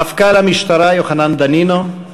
מפכ"ל המשטרה יוחנן דנינו,